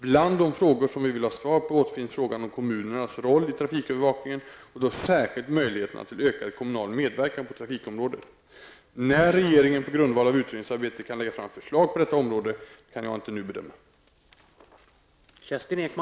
Bland de frågor som vi vill ha svar på återfinns frågan om kommunernas roll i trafikövervakningen och då särskilt möjligheterna till ökad kommunal medverkan på trafikområdet. När regeringen på grundval av utredningsarbetet kan lägga fram förslag på detta område kan jag inte nu bedöma.